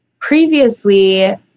previously